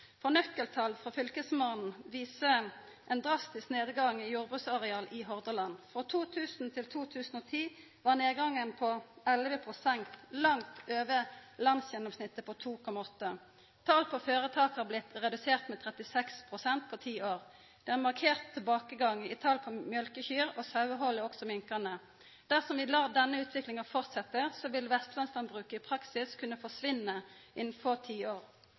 Nøkkeltal frå Fylkesmannen viser ein drastisk nedgang i jordbruksareal i Hordaland. Frå 2000 til 2010 var nedgangen på 11 pst. – langt over landsgjennomsnittet på 2,8 pst. Tal på føretak har blitt redusert med 36 pst. på ti år. Det er ein markert tilbakegang i talet på mjølkekyr, og sauehaldet er også minkande. Dersom vi lèt denne utviklinga fortsetja, vil vestlandslandbruket i praksis kunna forsvinna innan få